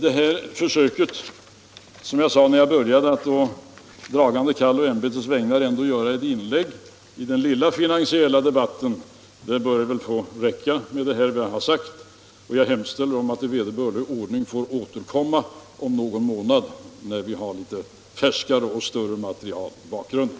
Detta försök, som jag sade när jag började mitt anförande, att å dragande kall och ämbetets vägnar göra ett inlägg i den lilla finansiella debatten bör få räcka, och jag hemställer att i vederbörlig ordning få återkomma om någon månad när vi har litet färskare och större material i bakgrunden.